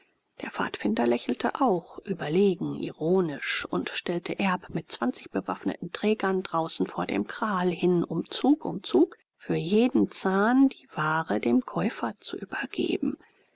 der pfadfinder lächelte auch überlegen ironisch und stellte erb mit zwanzig bewaffneten trägern draußen vor dem kral hin um zug um zug für jeden zahn die ware dem käufer zu übergeben